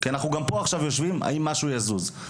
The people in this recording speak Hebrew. כי אנחנו פה עכשיו יושבים, האם משהו יזוז?